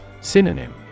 Synonym